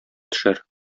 төшәр